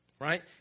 right